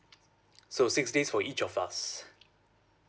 so six days for each of us